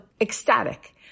ecstatic